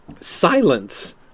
silence